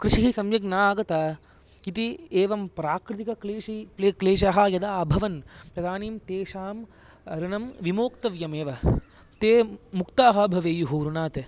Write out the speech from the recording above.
कृषिः सम्यक् ना आगता इति एवं प्राकृतिकक्लीशी क्लेशाः यदा अभवन् तदानीं तेषां ऋणं विमोक्तव्यमेव ते मुक्ताः भवेयुः ऋणात्